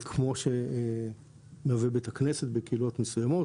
כמו שמהווה בית הכנסת בקהילות מסוימות